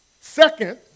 Second